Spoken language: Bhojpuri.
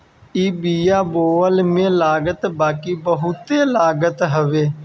इ बिया बोअला में लागत बाकी बहुते लागत हवे